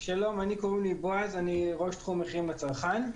שלום, אני ראש תחום מחירים לצרכן.